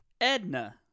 Edna